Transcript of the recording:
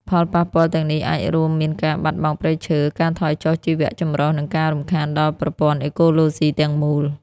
ផលប៉ះពាល់ទាំងនេះអាចរួមមានការបាត់បង់ព្រៃឈើ ការថយចុះជីវៈចម្រុះ និងការរំខានដល់ប្រព័ន្ធអេកូឡូស៊ីទាំងមូល។